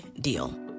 deal